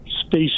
space